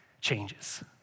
changes